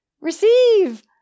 Receive